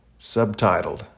Subtitled